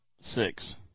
Six